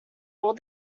all